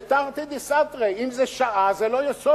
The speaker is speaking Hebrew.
זה תרתי דסתרי, אם זה שעה, זה לא יסוד.